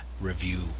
review